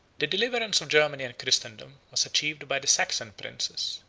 the deliverance of germany and christendom was achieved by the saxon princes,